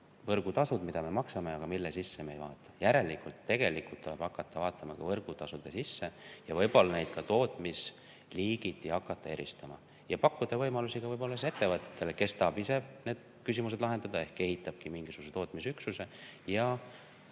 võrgutasud, mida me maksame, aga mille sisse me ei vaata. Järelikult, tegelikult tuleb hakata vaatama ka võrgutasude sisse ja võib-olla neid ka tootmisliigiti eristama. Tuleks pakkuda võimalusi ka ettevõtetele. Mõni tahab ise need küsimused lahendada ehk ehitabki mingisuguse tootmisüksuse ja